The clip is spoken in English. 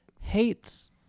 hates